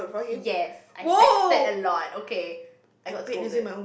yes I texted a lot okay I got scolded